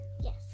yes